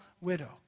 widow